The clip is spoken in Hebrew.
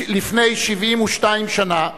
לפני 72 שנה,